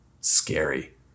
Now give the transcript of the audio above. scary